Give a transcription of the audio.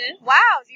Wow